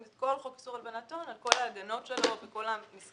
את כל חוק איסור הלבנת הון על כל ההגנות שלו וכל המסגרת